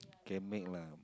can make lah